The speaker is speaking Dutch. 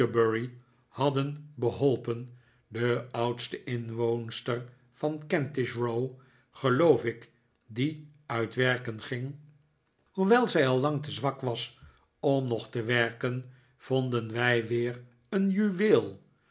hadden beholpen de oudste inwoonster van kentish row geloof ik die uit werken ging hoewel zij al lang te zwak was om nog te werken vonden wij weer een juweel